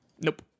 Nope